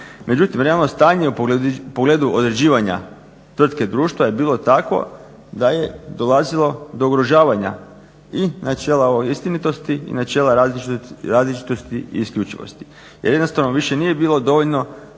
Međutim, realno stanje u pogledu određivanja tvrtke društva je bilo takvo da je dolazilo do ugrožavanja i načela ove istinitosti i načela različitosti i isključivosti jer jednostavno više nije bilo dovoljno